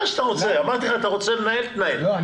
שלום,